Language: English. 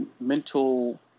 mental